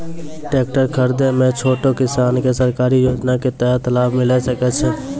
Tractor खरीदै मे छोटो किसान के सरकारी योजना के तहत लाभ मिलै सकै छै?